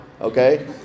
okay